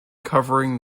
covering